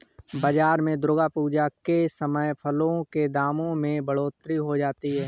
बाजार में दुर्गा पूजा के समय फलों के दामों में बढ़ोतरी हो जाती है